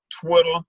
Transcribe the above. Twitter